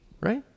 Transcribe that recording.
Right